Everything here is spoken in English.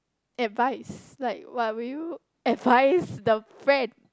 advice like what would you advice the friend